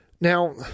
Now